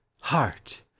Heart